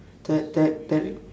tir~ tir~ tiring